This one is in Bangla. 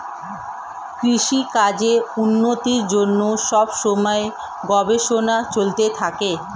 কৃষিকাজের উন্নতির জন্যে সব সময়ে গবেষণা চলতে থাকে